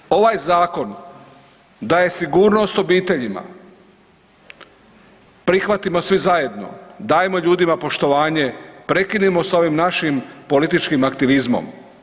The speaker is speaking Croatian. Danas ovaj zakon daje sigurnost obiteljima, prihvatimo svi zajedno, dajmo ljudima poštovanje prekinimo s ovim našim političkim aktivizmom.